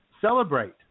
celebrate